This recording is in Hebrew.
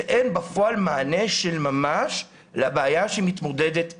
כשבפועל אין מענה של ממש לבעיה שהיא מתמודדת איתה?